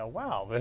ah wow, but